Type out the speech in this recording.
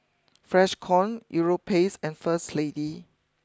Freshkon Europace and first Lady